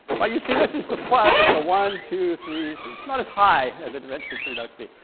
but you see this is the front it's a one two three it's it's not as high as it eventually turned out to be.